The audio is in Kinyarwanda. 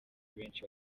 benshi